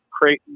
Creighton